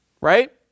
right